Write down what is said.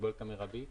הקיבולת המרבית?